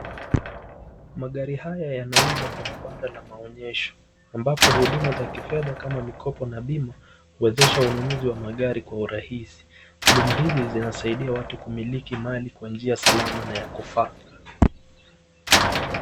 Magari haya yanauzwa kwenye banda la maonyesho ambapo huduma za kifedha kama mikopo na bima huwezesha ununuzi wa magari kwa urahisi. Huduma hizi zinasaidia watu kumiliki mali kwa njia salama na ya kufaa.